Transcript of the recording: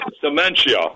Dementia